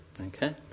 Okay